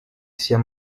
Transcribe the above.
sia